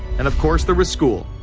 and of course there was school.